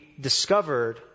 discovered